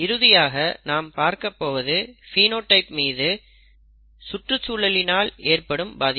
இறுதியாக நாம் பார்க்கப்போவது பினோடைப் மீது சுற்றுச்சூழலினால் ஏற்படும் பாதிப்பு